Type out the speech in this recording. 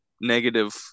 negative